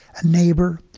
a neighbor,